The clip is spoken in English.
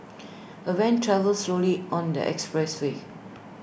the van travelled slowly on the expressway